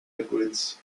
liquids